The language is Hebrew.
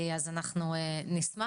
אז אנחנו נשמח.